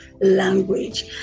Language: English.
language